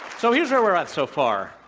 so, here's where we're at so far.